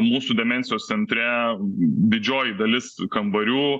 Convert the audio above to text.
mūsų demencijos centre didžioji dalis kambarių